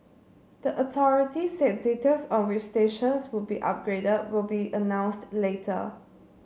the authority said details on which stations would be upgraded will be announced later